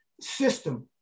system